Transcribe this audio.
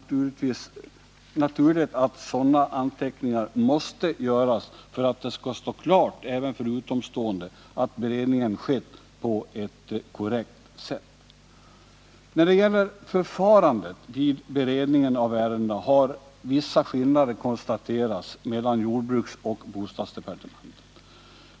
Självfallet måste sådana anteckningar göras för att det skall stå klart även för utomstående att beredningen skett på ett korrekt sätt. När det gäller förfarandet vid beredningen av ärendena har vissa skillnader konstaterats mellan jordbruksoch bostadsdepartementet.